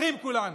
אחים כולנו.